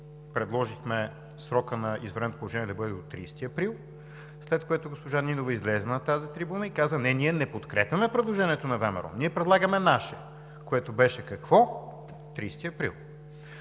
предложихме срокът на извънредното положение да бъде до 30 април, след което госпожа Нинова излезе на тази трибуна и каза: не, ние не подкрепяме предложението на ВМРО, ние предлагаме наше, което беше какво? Тридесети